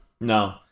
no